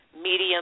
medium